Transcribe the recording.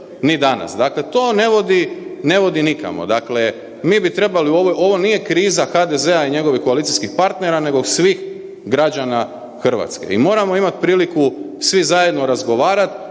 ni danas. Dakle to ne vodi nikamo. Dakle, mi bi trebali, ovo nije kriza HDZ-a i njegovih koalicijskih partnera nego svih građana Hrvatske i moramo imati priliku svi zajedno razgovarati